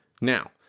Now